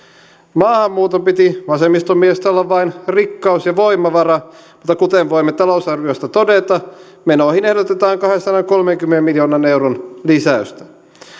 maahanmuuton piti vasemmiston mielestä olla vain rikkaus ja voimavara mutta kuten voimme talousarviosta todeta menoihin ehdotetaan kahdensadankolmenkymmenen miljoonan euron lisäystä